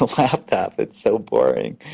laptop. it's so boring.